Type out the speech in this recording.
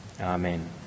Amen